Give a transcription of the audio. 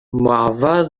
moarvat